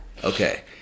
Okay